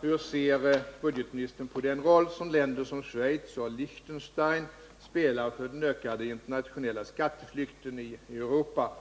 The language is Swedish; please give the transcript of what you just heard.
Hur ser budgetministern på den roll som länder som Schweiz och Liechtenstein spelar för den ökande internationella skatteflykten i Europa?